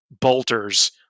bolters